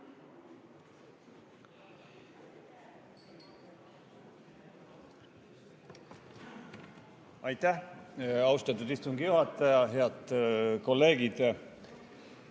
Aitäh, austatud istungi juhataja! Head kolleegid!